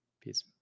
Peace